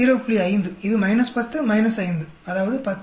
5 இது 10 5 அதாவது 10